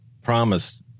promised